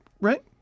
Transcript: Right